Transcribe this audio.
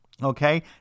Okay